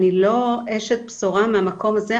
אני לא אשת בשורה מהמקום הזה,